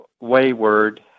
wayward